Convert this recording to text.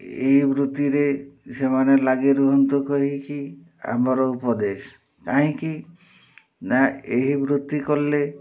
ଏହି ବୃତ୍ତିରେ ସେମାନେ ଲାଗି ରୁହନ୍ତୁ କହିକି ଆମର ଉପଦେଶ କାହିଁକି ନା ଏହି ବୃତ୍ତି କଲେ